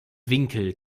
winkel